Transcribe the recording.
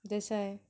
that's why